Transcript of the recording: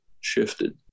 shifted